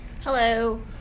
Hello